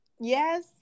Yes